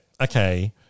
Okay